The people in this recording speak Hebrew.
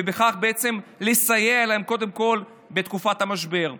וכך בעצם לסייע להן קודם כול בתקופת המשבר.